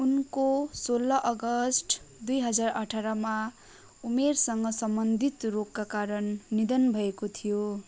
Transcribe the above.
उनको सोह्र अगस्त दुई हजार अठारमा उमेरसँग सम्बन्धित रोगका कारण निधन भएको थियो